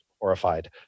horrified